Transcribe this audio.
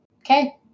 okay